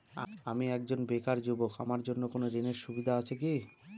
আমি একজন বেকার যুবক আমার জন্য কোন ঋণের সুবিধা আছে কি?